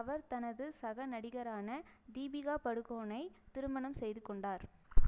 அவர் தனது சக நடிகரான தீபிகா படுகோனை திருமணம் செய்து கொண்டார்